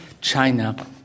China